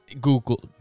Google